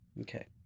Okay